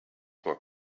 more